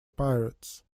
pirates